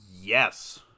yes